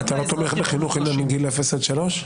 אתה לא תומך בחינוך ילדים מגיל אפס עד שלוש?